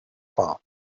wahr